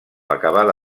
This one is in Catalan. acabada